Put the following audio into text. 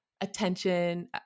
attention